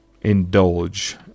Indulge